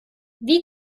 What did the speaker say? wie